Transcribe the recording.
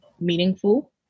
meaningful